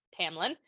tamlin